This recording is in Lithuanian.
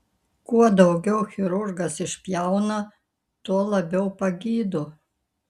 kuo daugiau chirurgas išpjauna tuo labiau pagydo